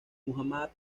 muhammad